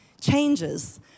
changes